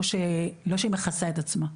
לא שמכסה את עצמה,